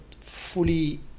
fully